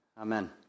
Amen